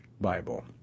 bible